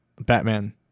Batman